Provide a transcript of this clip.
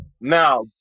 Now